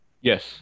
Yes